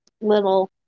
little